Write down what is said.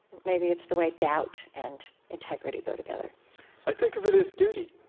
maybe it's the way doubt and integrity go together i think of it as duty.